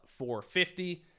450